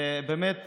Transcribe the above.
באמת,